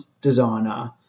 designer